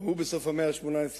גם הוא בסוף המאה ה-18,